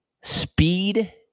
Speed